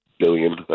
billion